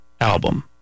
album